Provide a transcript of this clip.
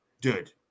dude